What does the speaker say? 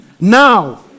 now